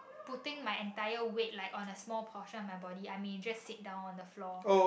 putting my entire weight like on a small portion of my body I may just sit down on the floor